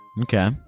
Okay